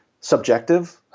subjective